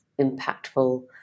impactful